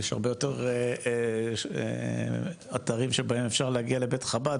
יש הרבה יותר אתרים שבהם אפשר להגיע לבית חב"ד,